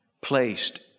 placed